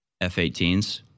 f-18s